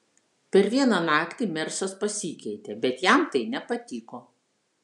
per vieną naktį mersas pasikeitė bet jam tai nepatiko